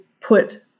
put